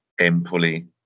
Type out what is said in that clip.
Empoli